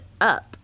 up